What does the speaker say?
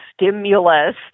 stimulus